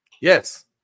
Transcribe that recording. Yes